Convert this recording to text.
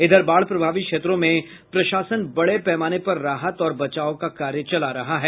इधर बाढ़ प्रभावित क्षेत्रों में प्रशासन बड़े पैमाने पर राहत और बचाव का कार्य चला रहा है